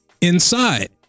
inside